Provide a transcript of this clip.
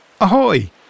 Ahoy